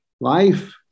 life